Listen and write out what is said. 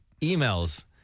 emails